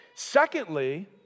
Secondly